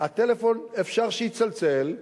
הטלפון אפשר שיצלצל,